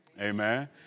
amen